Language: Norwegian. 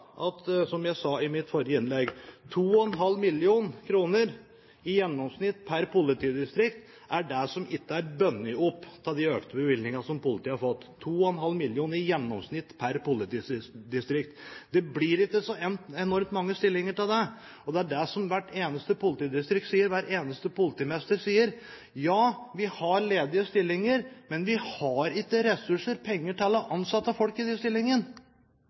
sånn, som jeg sa i mitt forrige innlegg, at 2,5 mill. kr i gjennomsnitt per politidistrikt ikke er bundet opp av de økte bevilgningene som politiet har fått – 2,5 mill. kr i gjennomsnitt pr. politidistrikt. Det blir ikke så enormt mange stillinger av det. Hvert eneste politidistrikt og hver eneste politimester sier: Ja, vi har ledige stillinger, men vi har ikke ressurser, penger, til å ansette folk i disse stillingene.